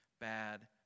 bad